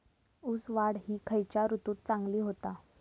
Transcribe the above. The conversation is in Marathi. ऊस वाढ ही खयच्या ऋतूत चांगली होता?